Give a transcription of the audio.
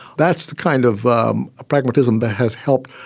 that's the kind of um pragmatism that has helped.